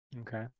Okay